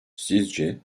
sizce